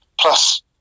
plus